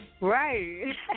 Right